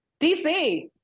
DC